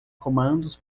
comandos